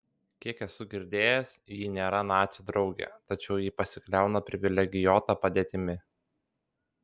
kiek esu girdėjęs ji nėra nacių draugė tačiau ji pasikliauna privilegijuota padėtimi